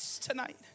tonight